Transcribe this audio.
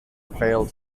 fail